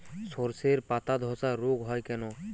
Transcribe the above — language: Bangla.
শর্ষের পাতাধসা রোগ হয় কেন?